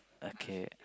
okay